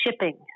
shipping